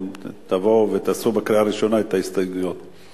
אם תבואו ותביאו את ההסתייגויות לקריאה ראשונה.